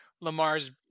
Lamar's